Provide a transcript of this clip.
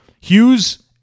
Hughes